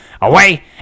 away